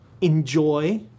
enjoy